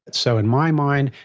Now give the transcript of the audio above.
but so in my mind,